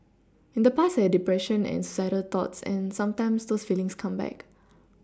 in the past I had depression and suicidal thoughts and sometimes those feelings come back